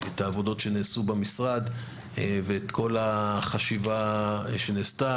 את העבודות שנעשו במשרד ואת כל החשיבה שנעשתה.